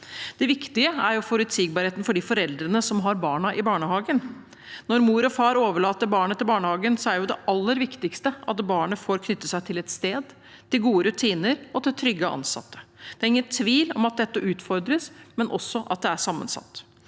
Det viktige er jo forutsigbarheten for de foreldrene som har barna i barnehagen. Når mor og far overlater barnet til barnehagen, er det aller viktigste at barnet får knytte seg til et sted, til gode rutiner og til trygge ansatte. Det er ingen tvil om at dette utfordres, men også at det er sammensatt.